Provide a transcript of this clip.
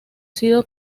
sido